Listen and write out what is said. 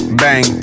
bang